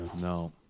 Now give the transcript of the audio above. No